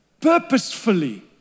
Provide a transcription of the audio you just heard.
purposefully